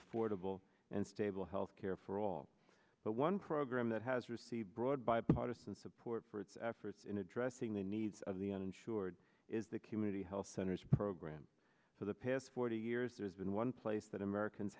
affordable and stable health care for all but one program that has received broad bipartisan support for its efforts in addressing the needs of the uninsured is the community health centers program for the past forty years there's been one place that americans